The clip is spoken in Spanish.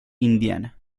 indiana